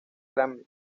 grammy